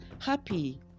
happy